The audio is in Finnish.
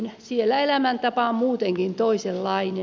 siellä elämäntapa on muutenkin toisenlainen